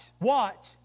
watch